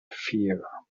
fear